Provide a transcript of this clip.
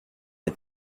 les